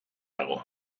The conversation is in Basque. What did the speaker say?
dago